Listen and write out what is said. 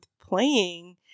playing